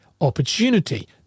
opportunity